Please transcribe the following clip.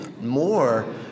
more